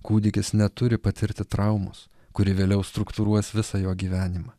kūdikis neturi patirti traumos kuri vėliau struktūruos visą jo gyvenimą